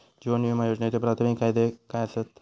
जीवन विमा योजनेचे प्राथमिक फायदे काय आसत?